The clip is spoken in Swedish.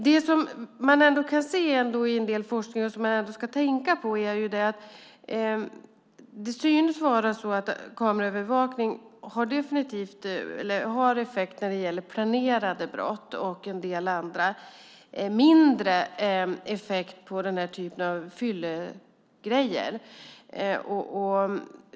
Det som man ändå kan se i en del forskning och som man ska tänka på är att det synes vara så att kameraövervakning har effekt på planerade brott och en del andra. Det har mindre effekt på denna typ av fyllegrejer.